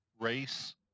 race